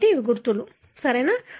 కాబట్టి ఇవి గుర్తులు సరియైనదా